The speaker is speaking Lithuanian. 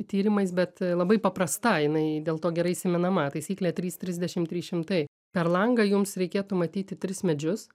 tyrimais bet labai paprasta jinai dėl to gerai įsimenama taisyklė trys trisdešimt trys šimtai per langą jums reikėtų matyti tris medžius